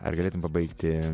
ar galėtum pabaigti